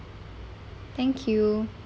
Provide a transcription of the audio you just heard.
thank you